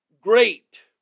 Great